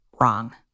wrong